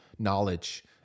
knowledge